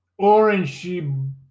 orangey